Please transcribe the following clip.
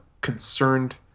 concerned